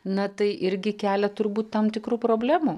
na tai irgi kelia turbūt tam tikrų problemų